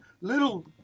little